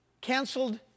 canceled